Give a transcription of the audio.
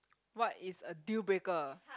what is a deal breaker